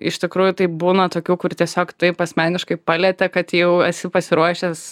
iš tikrųjų tai būna tokių kur tiesiog taip asmeniškai palietė kad jau esi pasiruošęs